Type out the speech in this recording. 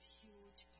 huge